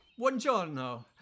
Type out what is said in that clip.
Buongiorno